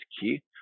key